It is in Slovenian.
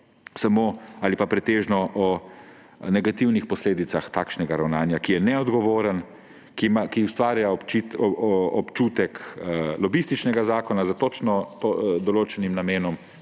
ali pa pretežno o negativnih posledicah takšnega ravnanja, ki je neodgovorno, ki ustvarja občutek lobističnega zakona s točno določenim namenom